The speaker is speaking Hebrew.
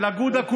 של אגודה,